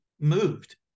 moved